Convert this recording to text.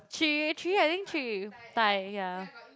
three three I think three Thai ya